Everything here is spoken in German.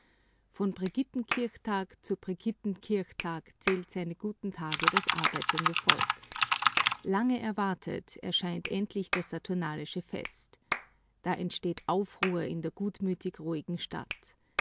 von brigittenkirchtag zu brigittenkirchtag zählt seine guten tage das arbeitende volk lange erwartet erscheint endlich das saturnalische fest da entsteht aufruhr in der gutmütig ruhigen stadt